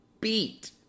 beat